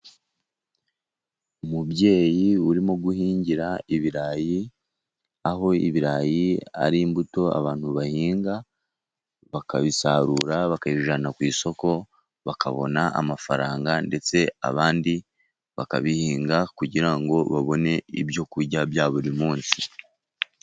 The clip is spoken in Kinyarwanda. Umubyeyi urimo guhingira ibirayi, aho ibirayi ari imbuto abantu bahinga bakabisarura, bakayibijyana ku isoko bakabona amafaranga, ndetse abandi bakabihinga kugira ngo babone ibyo kurya bya buri munsi.